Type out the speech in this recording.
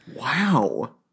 Wow